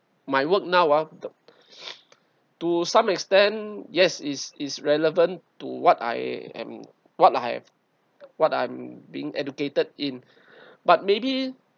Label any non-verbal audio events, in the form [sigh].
my work now uh [noise] to some extent yes is is relevant to what I am what I have what I'm being educated in [breath] but maybe